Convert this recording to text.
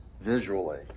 visually